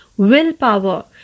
Willpower